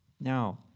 Now